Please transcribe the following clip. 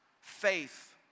faith